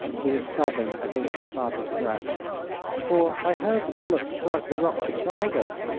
who was sobbing against her father's breast for i heard the bullet strike the rock beside us.